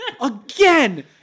Again